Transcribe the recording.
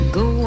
go